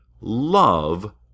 love